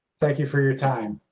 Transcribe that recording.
thank you for your time.